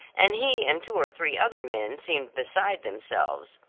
and he and two or three other men seemed beside themselves.